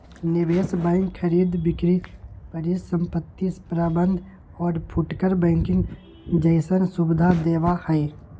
निवेश बैंक खरीद बिक्री परिसंपत्ति प्रबंध और फुटकर बैंकिंग जैसन सुविधा देवा हई